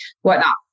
whatnot